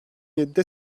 yedide